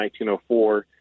1904